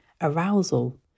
arousal